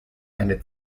eine